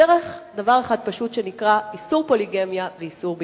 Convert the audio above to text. דרך דבר אחד פשוט שנקרא: איסור פוליגמיה ואיסור ביגמיה.